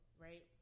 right